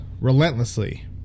relentlessly